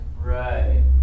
Right